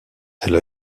elle